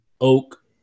Oak